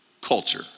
culture